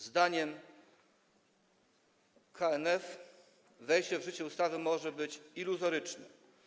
Zdaniem KNF wejście w życie ustawy może być iluzoryczne.